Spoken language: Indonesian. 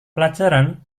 pelajaran